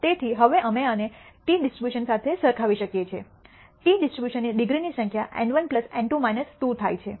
તેથી હવે અમે આને આ ટી ડિસ્ટ્રીબ્યુશન સાથે સરખાવી શકીએ છીએ ટી ડિસ્ટ્રીબ્યુશનની ડિગ્રીની સંખ્યા N1 N2 2 થાય છે